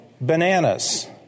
Bananas